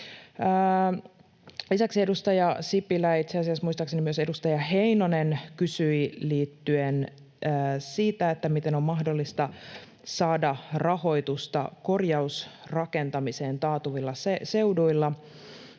Lisäksi edustaja Sipilä ja itse asiassa muistaakseni myös edustaja Heinonen kysyivät siitä, miten on mahdollista saada rahoitusta korjausrakentamiseen taantuvilla seuduilla,